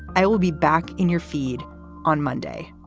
i will be back in your feed on monday.